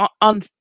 on